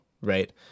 right